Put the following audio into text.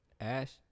Ash